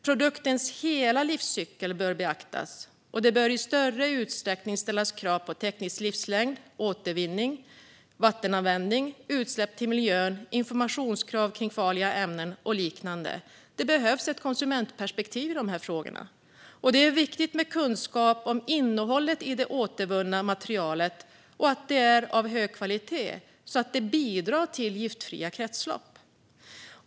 Produktens hela livscykel bör beaktas, och det bör i större utsträckning ställas krav på teknisk livslängd, återvinning, vattenanvändning, utsläpp till miljön, informationskrav kring farliga ämnen och liknande. Det behövs ett konsumentperspektiv i dessa frågor. Det är viktigt med kunskap om innehållet i det återvunna materialet och att det är av hög kvalitet så att det bidrar till giftfria kretslopp.